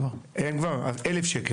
כבר 650. אז 1000 שקלים.